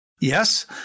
Yes